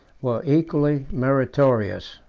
were equally meritorious.